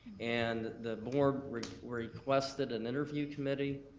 and the board requested an interview committee,